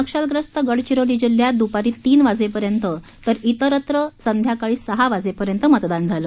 नक्षलग्रस्त गडचिरोली जिल्ह्यात द्पारी तीन वाजेपर्यंत तर इतरत्र संध्याकाळी सहा वाजेपर्यंत मतदान झालं